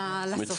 לסוף.